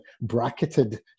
bracketed